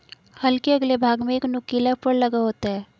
हल के अगले भाग में एक नुकीला फर लगा होता है